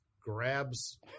grabs